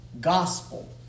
Gospel